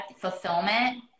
fulfillment